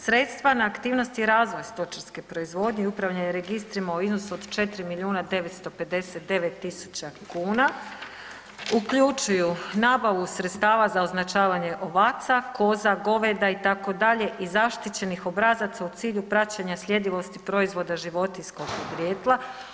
Sredstva na aktivnosti razvoj stočarske proizvodnje i upravljanje registrima u iznosu od 4 milijuna 959 tisuća kuna uključuju nabavu sredstava za označavanje ovaca, koza, goveda itd. i zaštićenih obrazaca u cilju praćenja sljedivosti proizvoda životinjskog podrijetla.